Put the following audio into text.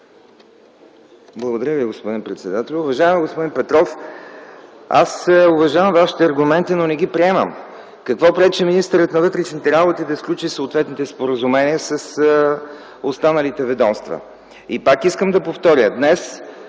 Благодаря Ви, господин председател. Уважаеми господин Петров, аз уважавам Вашите аргументи, но не ги приемам. Какво пречи министърът на вътрешните работи да сключи съответните споразумения с останалите ведомства? И пак искам да повторя